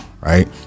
right